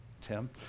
Tim